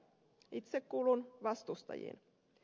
itse kuulun vastustajiin